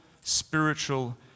spiritual